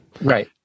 right